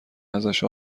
ازش